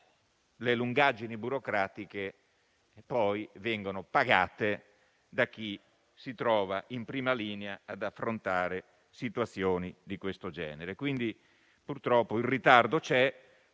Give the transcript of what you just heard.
le lungaggini burocratiche poi vengono pagate da chi si trova in prima linea ad affrontare situazioni di questo genere. Personalmente,